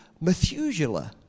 Methuselah